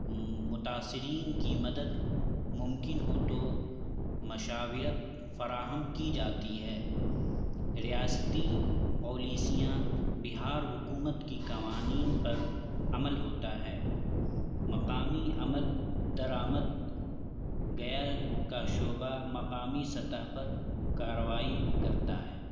متاثرین کی مدد ممکن ہو تو مشاورت فراہم کی جاتی ہے ریاستی پالیسیاں بہار حکومت کی قوانین پر عمل ہوتا ہے مقامی عمل درآمد گیا کا شعبہ مقامی سطح پر کارروائی کرتا ہے